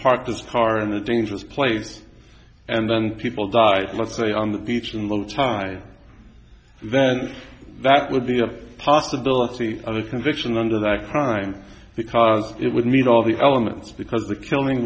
parked his car in a dangerous place and then people died let's say on the beach in little time then that would be a possibility of a conviction under that crime because it would mean all the elements because the killing